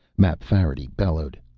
mapfarity bellowed,